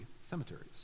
cemeteries